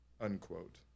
unquote